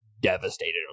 devastated